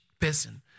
person